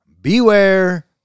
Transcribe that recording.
Beware